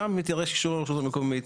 שם יידרש אישור הרשות המקומית.